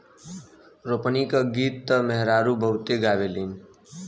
रोपनी क गीत त मेहरारू बहुते गावेलीन